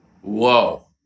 whoa